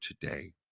today